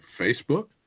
Facebook